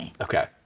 Okay